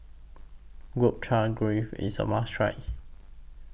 Gobchang Gui IS A must Try